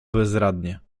bezradnie